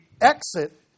exit